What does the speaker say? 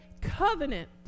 covenant